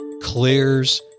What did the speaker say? clears